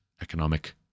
economic